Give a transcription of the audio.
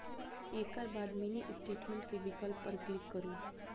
एकर बाद mini statement के विकल्प पर क्लिक करू